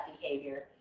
behavior